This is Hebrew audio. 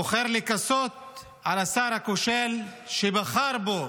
בוחר לכסות על השר הכושל שהוא בחר בו